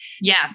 Yes